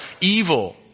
evil